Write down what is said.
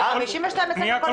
דובר: הפנייה,